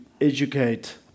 educate